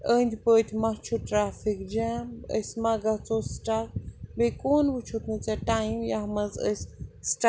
أندۍ پٔتۍ ما چھُ ٹرٛیفِک جیم أسۍ ما گژھو سٕٹَک بیٚیہِ کوٚن وٕچھُتھ نہٕ ژےٚ ٹایِم یَتھ منٛز أسۍ سہٕ